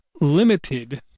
limited